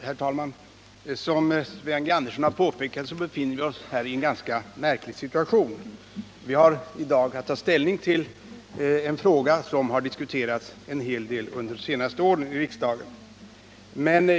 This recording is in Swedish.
Herr talman! Som Sven G. Andersson har påpekat befinner vi oss i en ganska märklig situation. Vi har i dag att ta ställning i en fråga som har diskuterats en hel del under de senaste åren i riksdagen.